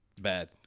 bad